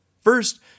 First